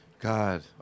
God